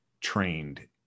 trained